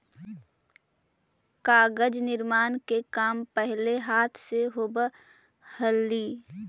कागज निर्माण के काम पहिले हाथ से होवऽ हलइ